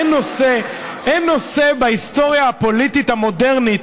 אין נושא בהיסטוריה הפוליטית המודרנית,